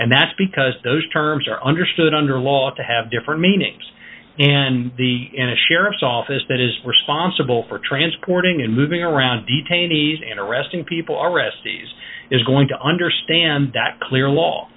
and that's because those terms are understood under law to have different meanings and the in a sheriff's office that is responsible for transporting and moving around detainees and arresting people restes is going to understand that clear law